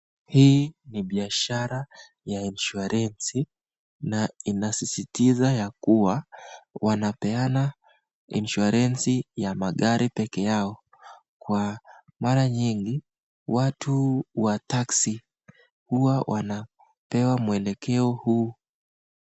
Hii ni biashara ya insurance na inasisitiza ya kuwa wanapeana insurance ya magari peke yao. Kwa mara nyingi watu wa taxi huwa wanapewa mwelekeo huu.